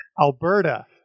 Alberta